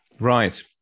Right